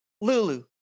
Lulu